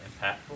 impactful